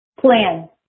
plan